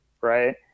right